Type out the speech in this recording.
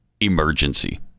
emergency